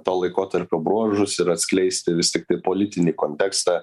to laikotarpio bruožus ir atskleisti vis tiktai politinį kontekstą